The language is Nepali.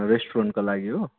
रेस्टुरेन्टको लागि हो